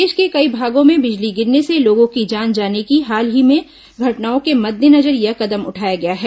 देश के कई भागों में बिजली गिरने से लोगों की जान जाने की हाल की घटनाओं के मद्देनजर यह कदम उठाया गया है